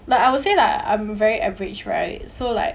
like I will say lah I'm very average right so like